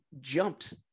jumped